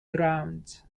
grounds